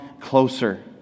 closer